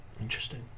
Interesting